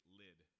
lid